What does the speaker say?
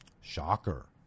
Shocker